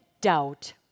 doubt